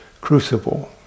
crucible